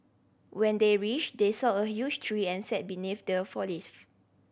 when they reached they saw a huge tree and sat beneath the